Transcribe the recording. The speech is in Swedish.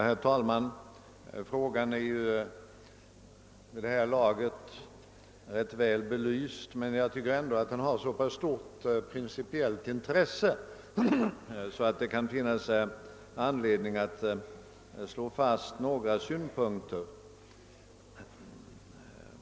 Herr talman! Frågan är vid det här laget ganska väl belyst, men enligt min mening har den så stort principiellt intresse att det ändå kan finnas anledning att slå fast några saker.